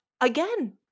again